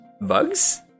bugs